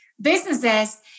businesses